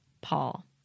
Paul